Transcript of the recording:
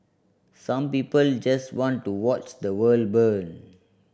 some people just want to watch the world burn